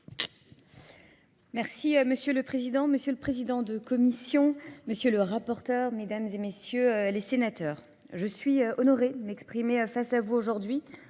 Merci Monsieur le Président, Monsieur le Président de Commission, Monsieur le Rapporteur, Mesdames et Messieurs les Sénateurs. Je suis honorée de m'exprimer face à vous aujourd'hui